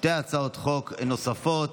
שתי הצעות חוק נוספות.